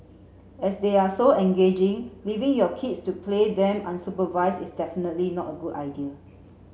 as they are so engaging leaving your kids to play them unsupervised is definitely not a good idea